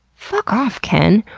fuck off, ken!